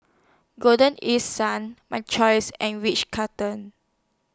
Golden East Sun My Choice and Ritz Carlton